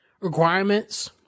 requirements